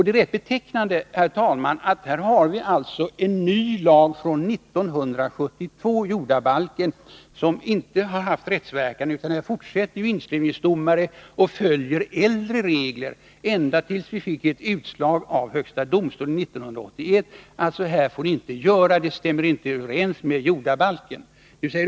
Det är betecknande, herr talman, att vi här har en ny lag från 1972, jordabalken, som inte har haft rättsverkan. Inskrivningsdomare följde äldre regler ända tills vi fick Nr 117 ett utslag av högsta domstolen 1981, att man inte får förfara på detta sätt, att det inte stämmer överens med jordabalken.